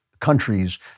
countries